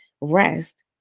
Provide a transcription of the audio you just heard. rest